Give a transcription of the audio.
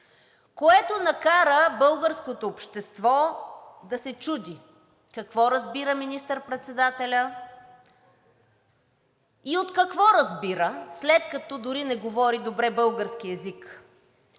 което накара българското общество да се чуди какво разбира министър-председателят и от какво разбира, след като дори не говори добре български език.